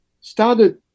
started